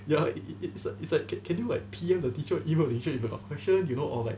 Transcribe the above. ya it's like it's like can can you like P_M the teacher email the teacher the question you know or like